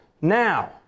now